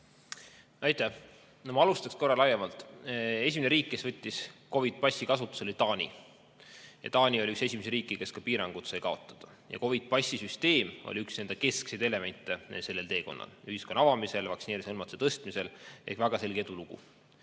Ma alustan laiemalt. Esimene riik, kes võttis COVID‑passi kasutusele, oli Taani. Taani oli üks esimesi riike, kes ka piirangud sai kaotada. COVID‑passi süsteem oli üks keskseid elemente sellel teekonnal, ühiskonna avamisel, vaktsineerimishõlmatuse tõstmisel. Ehk väga selge edulugu.